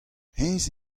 hennezh